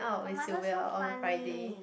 her mother so funny